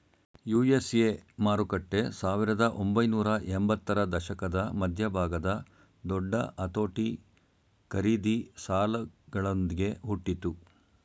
USA ಮಾರುಕಟ್ಟೆ ಸಾವಿರದ ಒಂಬೈನೂರ ಎಂಬತ್ತರ ದಶಕದ ಮಧ್ಯಭಾಗದ ದೊಡ್ಡ ಅತೋಟಿ ಖರೀದಿ ಸಾಲಗಳೊಂದ್ಗೆ ಹುಟ್ಟಿತು